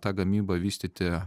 tą gamybą vystyti